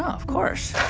ah of course